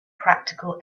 practical